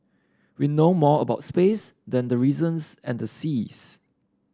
we know more about space than the reasons and the seas